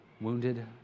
Wounded